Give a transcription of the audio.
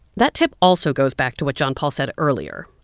that tip also goes back to what john paul said earlier,